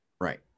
Right